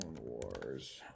Wars